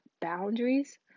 boundaries